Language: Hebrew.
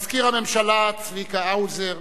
מזכיר הממשלה צביקה האוזר,